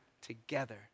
together